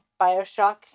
Bioshock